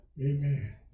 Amen